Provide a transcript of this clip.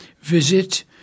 visit